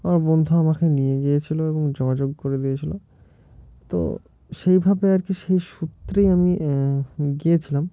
আমার বন্ধু আমাকে নিয়ে গিয়েছিলো এবং যোগাযোগ করে দিয়েছিলো তো সেইভাবে আর কি সেই সূত্রেই আমি গিয়েছিলাম